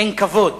אין כבוד.